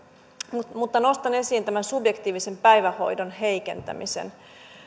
mutta mutta nostan esiin tämän subjektiivisen päivähoidon heikentämisen